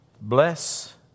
Bless